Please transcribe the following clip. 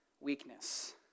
weakness